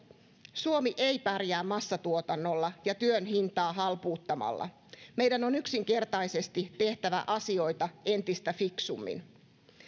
suomi ei pärjää massatuotannolla ja työn hintaa halpuuttamalla meidän on yksinkertaisesti tehtävä asioita entistä fiksummin